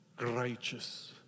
Righteous